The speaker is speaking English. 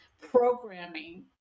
programming